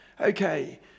okay